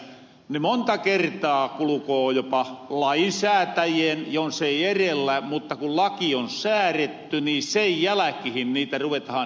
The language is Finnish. ne monta kertaa kulukoo jopa jos ei lainsäätäjien erellä niin kun laki on sääretty sen jälkihin niitä ruvetahan kattelemahan